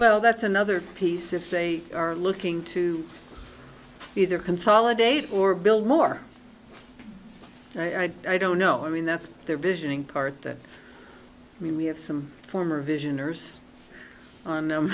well that's another piece if they are looking to either consolidate or build more i don't know i mean that's their vision in part that i mean we have some former vision nurse on